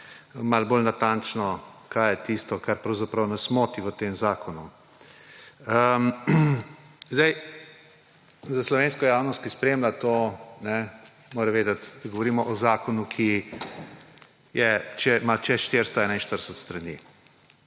bolj natančno, kaj je tisto, kar pravzaprav nas moti v tem zakonu. Slovenska javnost, ki spremlja to razpravo, mora vedeti, da govorimo o zakonu, ki ima čez 441 strani.